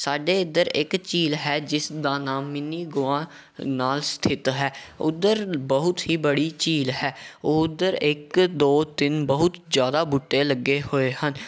ਸਾਡੇ ਇੱਧਰ ਇੱਕ ਝੀਲ ਹੈ ਜਿਸ ਦਾ ਨਾਮ ਮਿਨੀ ਗੋਆ ਨਾਂ ਸਥਿਤ ਹੈ ਉੱਧਰ ਬਹੁਤ ਹੀ ਬੜੀ ਝੀਲ ਹੈ ਉੱਧਰ ਇੱਕ ਦੋ ਤਿੰਨ ਬਹੁਤ ਜ਼ਿਆਦਾ ਬੂਟੇ ਲੱਗੇ ਹੋਏ ਹਨ